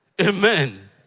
Amen